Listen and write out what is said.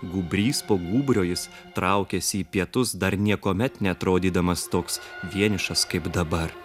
gūbrys po gūbrio jis traukėsi į pietus dar niekuomet neatrodydamas toks vienišas kaip dabar